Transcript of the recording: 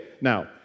now